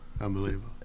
Unbelievable